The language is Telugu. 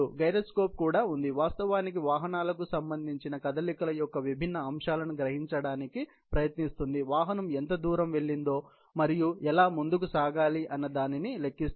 గైరోస్కోప్ కూడా ఉంది వాస్తవానికి వాహనాలకి సంబంధించిన కదలికల యొక్క విభిన్న అంశాలను గ్రహించడానికి ప్రయత్నిస్తుంది వాహనం ఎంత దూరం వెళ్లిందో మరియు ఎలా ముందుకు సాగాలి అనేదానిని లెక్కిస్తుంది